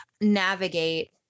navigate